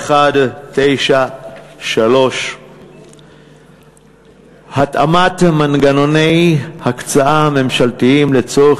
4193. התאמת מנגנוני הקצאה ממשלתיים לצורך